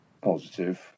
positive